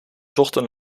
zochten